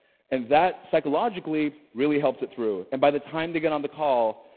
and that psychologically really helps it through and by the time they get on the call,